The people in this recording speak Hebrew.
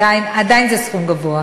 עדיין זה סכום גבוה.